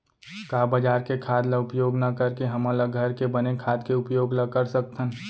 का बजार के खाद ला उपयोग न करके हमन ल घर के बने खाद के उपयोग ल कर सकथन?